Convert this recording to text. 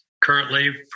currently